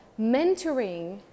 Mentoring